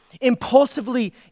impulsively